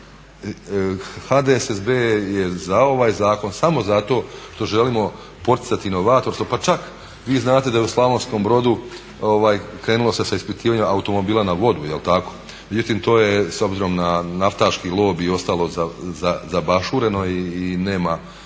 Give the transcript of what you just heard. HDSSB je za ovaj zakon samo zato što želimo poticati inovatorstvo, pa čak vi znate da je u Slavonskom Brodu krenulo se sa ispitivanjem automobila na vodu, međutim to je na naftaški lobi i ostalo zabašureno i nema